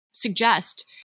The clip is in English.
Suggest